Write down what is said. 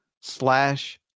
slash